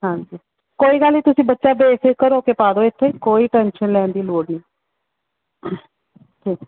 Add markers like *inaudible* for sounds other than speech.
ਹਾਂਜੀ ਕੋਈ ਗੱਲ ਨਹੀਂ ਤੁਸੀਂ ਬੱਚਾ ਬੇਫਿਕਰ ਹੋ ਕੇ ਪਾ ਦਿਉ ਇੱਥੇ ਕੋਈ ਟੈਨਸ਼ਨ ਲੈਣ ਦੀ ਲੋੜ ਨਹੀਂ *unintelligible*